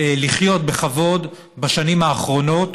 לחיות בכבוד בשנים האחרונות